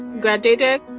Graduated